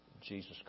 Jesus